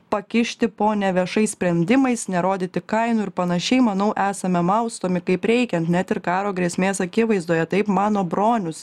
pakišti po neviešais sprendimais nerodyti kainų ir panašiai manau esame maustomi kaip reikiant net ir karo grėsmės akivaizdoje taip mano bronius